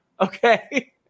okay